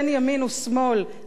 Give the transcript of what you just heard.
בעמדה שהצגת,